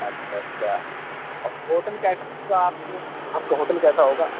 اچھا اچھا اور ہوٹل کیسا آپ کو آپ کا ہوٹل کیسا ہوگا